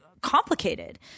complicated